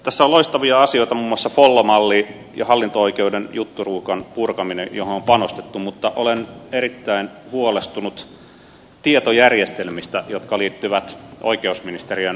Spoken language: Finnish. tässä on loistavia asioita muun muassa follo malli ja hallinto oikeuden jutturuuhkan purkaminen johon on panostettu mutta olen erittäin huolestunut tietojärjestelmistä jotka liittyvät oikeusministeriön hallinnon alaan